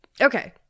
Okay